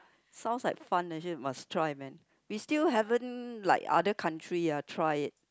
sounds like fun actually must try man we still haven't like other countriy ah try it